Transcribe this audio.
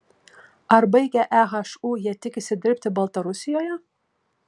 ar baigę ehu jie tikisi dirbti baltarusijoje